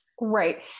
Right